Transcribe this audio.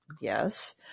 yes